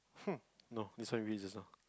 hm no this one we did just now